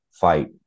fight